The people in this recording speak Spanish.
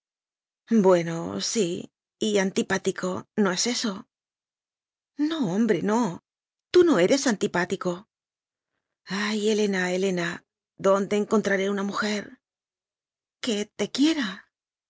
bueno bueno sí y antipático no es eso no hombre no tú no eres antipático ay helena helena dónde encontraré una mujer que te quiera